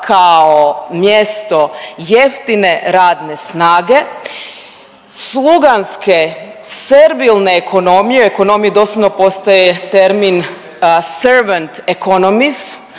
kao mjesto jeftine radne snage, sluganske servilne ekonomije, u ekonomiji doslovno postoje termin servant economist,